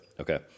Okay